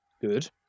Good